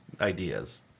ideas